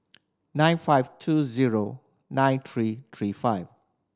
nine five two zero nine three three five